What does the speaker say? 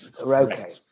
Okay